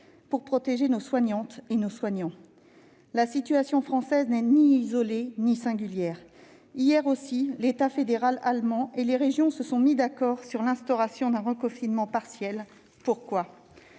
pour protéger nos soignantes et nos soignants. La situation française n'est ni isolée ni singulière. Hier aussi, l'État fédéral allemand et les se sont mis d'accord sur l'instauration d'un reconfinement partiel. Pourquoi ?